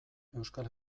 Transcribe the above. euskal